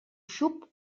xup